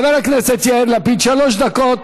חבר הכנסת יאיר לפיד, שלוש דקות